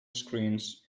screens